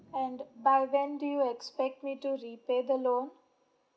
and by when do you expect me to repay the loan